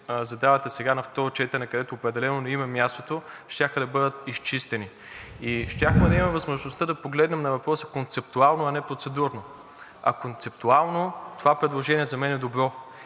задавате сега на второ четене, където определено не им е мястото, щяха да бъдат изчистени и щяхме да имаме възможността да погледнем на въпроса концептуално, а не процедурно. А концептуално това предложение за мен е добро.